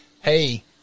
Hey